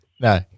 No